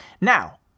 now